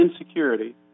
insecurity